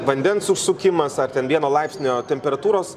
vandens užsukimas ar ten vieno laipsnio temperatūros